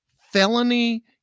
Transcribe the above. felony